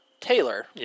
Taylor